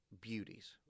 beauties